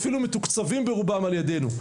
ואפילו מתוקצבים ברובם על ידינו,